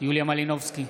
יוליה מלינובסקי,